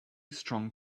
strong